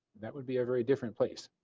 that would be a very different place.